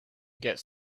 gets